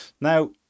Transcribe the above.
Now